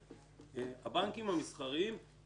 רוב הסיכויים שאתם תתפסו